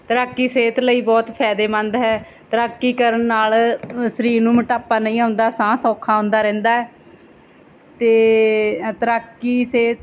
ਤੈਰਾਕੀ ਸਿਹਤ ਲਈ ਬਹੁਤ ਫ਼ਾਇਦੇਮੰਦ ਹੈ ਤੈਰਾਕੀ ਕਰਨ ਨਾਲ ਸਰੀਰ ਨੂੰ ਮੋਟਾਪਾ ਨਹੀਂ ਆਉਂਦਾ ਸਾਹ ਸੌਖਾ ਆਉਂਦਾ ਰਹਿੰਦਾ ਅਤੇ ਤੈਰਾਕੀ ਸਿਹਤ